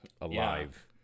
alive